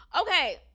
Okay